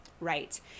right